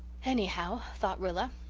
anyhow, thought rilla,